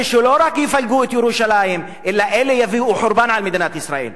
אלה לא רק יפלגו את ירושלים אלא אלה יביאו חורבן על מדינת ישראל.